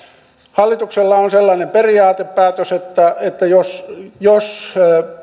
hallituksella on sellainen periaatepäätös että jos jos